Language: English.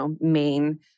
main